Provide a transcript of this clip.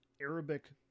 Arabic